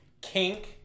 Kink